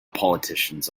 politicians